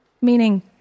meaning